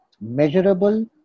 measurable